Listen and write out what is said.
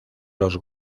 los